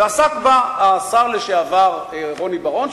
ועסק בה השר לשעבר רוני בר-און,